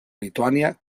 lituània